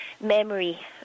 memory